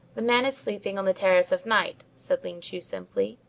the man is sleeping on the terrace of night, said ling chu simply.